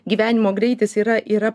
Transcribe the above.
gyvenimo greitis yra yra